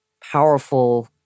powerful